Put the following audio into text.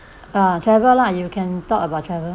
uh travel lah you can talk about travel